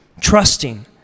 trusting